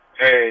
Hey